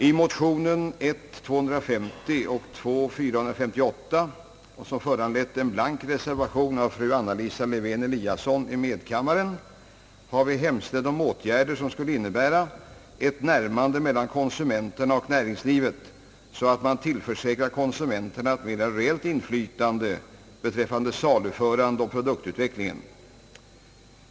I motionerna I: 250 och II: 458, som har föranlett en blank reservation av fru Lewén-Eliasson i medkammaren, har vi hemställt om åtgärder som skulle innebära ett närmande mellan konsumenterna och näringslivet så att man tillförsäkrar konsumenterna ett mera reellt inflytande beträffande saluförande och produktutveckling.